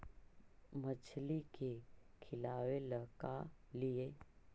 मछली के खिलाबे ल का लिअइ?